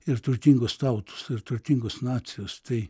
ir turtingos tautos ir turtingos nacijos tai